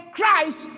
Christ